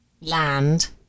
land